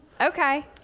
Okay